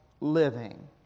living